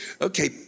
Okay